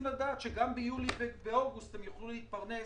לדעת שגם ביולי ובאוגוסט הם יוכלו להתפרנס,